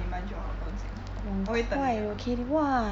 我知道你满久了不用紧我会等你的